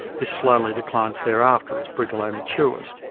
this slowly declines thereafter as brigalow matures.